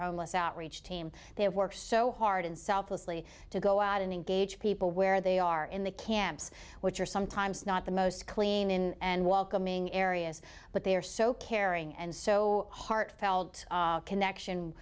homeless outreach team they have worked so hard and southwesterly to go out and engage people where they are in the camps which are sometimes not the most clean in and welcoming areas but they are so caring and so heartfelt connection